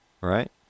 right